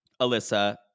Alyssa